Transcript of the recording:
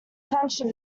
tension